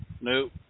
Nope